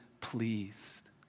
pleased